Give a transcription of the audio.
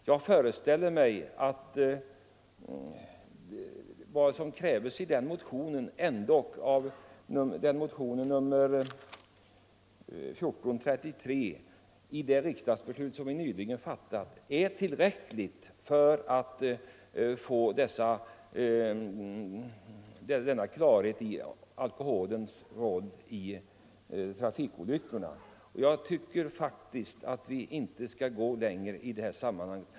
Jag föreställer mig att kraven i motionen 1433 redan är tillgodosedda; det riksdagsbeslut jag nyss talade om är enligt min mening tillräckligt för att få klarhet i alkoholens roll i trafikolyckorna. Jag tycker inte vi skall gå längre i detta sammanhang.